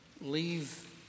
leave